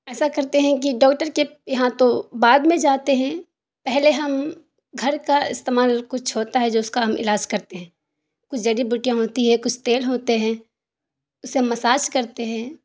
ایسا کرتے ہیں کہ ڈاکٹر کے یہاں تو بعد میں جاتے ہیں پہلے ہم گھر کا استعمال کچھ ہوتا ہے جو اس کا ہم علاج کرتے ہیں کچھ جڑی بوٹیاں ہوتی ہیں کچھ تیل ہوتے ہیں اسے مساج کرتے ہیں